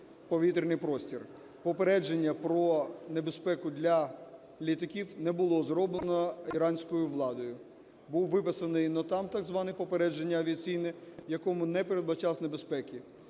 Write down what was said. Попередження про небезпеку для літаків не було зроблено іранською владою. Був виписаний НОТАМ, так зване попередження авіаційне, в якому не передбачалось небезпеки.